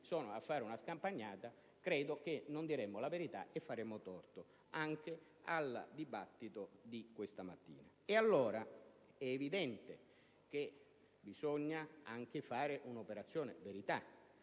luoghi a fare una scampagnata credo che non diremmo la verità e faremmo torto anche al dibattito di questa mattina. Allora, è evidente che bisogna anche fare un'operazione verità,